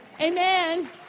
Amen